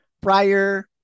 prior